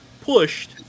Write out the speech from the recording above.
pushed